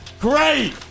Great